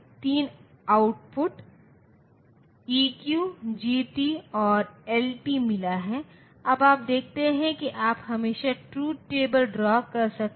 ground VSS 0 के बराबर नहीं हो सकता है वीएसएस का कुछ अन्य मूल्य हो सकता है